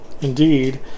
Indeed